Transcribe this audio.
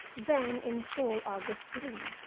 then in full august bloom.